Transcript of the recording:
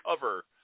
cover